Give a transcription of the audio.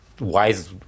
wise